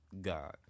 God